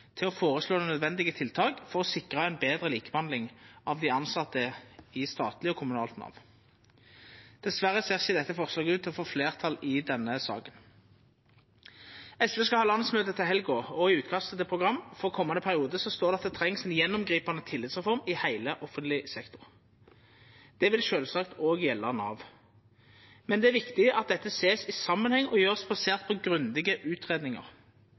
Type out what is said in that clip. til å foreslå nødvendige tiltak for å sikre en bedre likebehandling av de ansatte i statlig og kommunalt Nav.» Dessverre ser ikkje dette forslaget ut til å få fleirtal i denne salen. SV skal ha landsmøte til helga, og i utkastet til program for komande periode står det at det trengst ei gjennomgripande tillitsreform i heile offentleg sektor. Det vil sjølvsagt òg gjelda Nav. Men det er viktig at ein ser dette i samanheng, og at det vert gjort basert på grundige